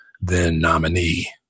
then-nominee